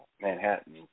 Manhattan